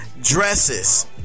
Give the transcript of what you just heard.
dresses